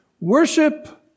Worship